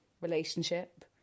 relationship